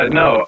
no